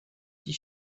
tee